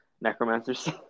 necromancers